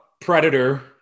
predator